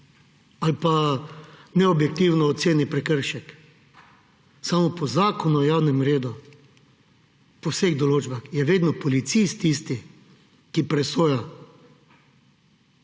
Ali pa neobjektivno oceni prekršek. Samo po Zakonu o javnem redu, po vseh določbah, je vedno policist tisti, ki presoja. Še tole bi